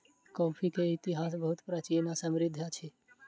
coffee के इतिहास बहुत प्राचीन आ समृद्धि अछि